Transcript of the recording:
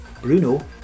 Bruno